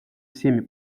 всеми